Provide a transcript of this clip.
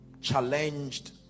challenged